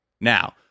Now